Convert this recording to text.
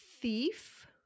thief